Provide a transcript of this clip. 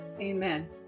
Amen